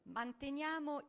manteniamo